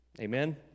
Amen